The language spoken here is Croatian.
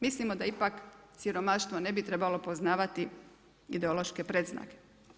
Mislimo da ipak siromaštvo ne bi trebalo poznavati ideološke predznake.